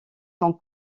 sont